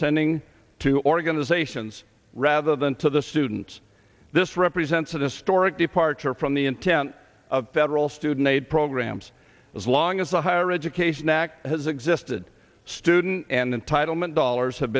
sending to organizations rather than to the students this represents a distorted departure from the intent of federal student aid programs as law long as the higher education act has existed student and entitlement dollars have